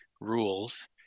rules